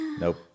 Nope